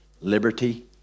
liberty